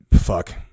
Fuck